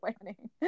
planning